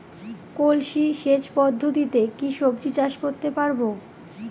কলসি সেচ পদ্ধতিতে কি সবজি চাষ করতে পারব?